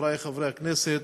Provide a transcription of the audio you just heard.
חברי חברי הכנסת,